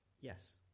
yes